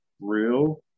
real